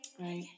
Right